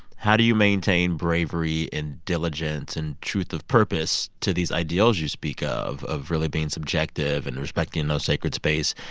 how do you maintain bravery and diligence and truth of purpose to these ideals you speak of of really being subjective and respecting those sacred space?